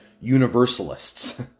universalists